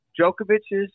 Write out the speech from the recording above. Djokovic's